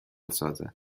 سازد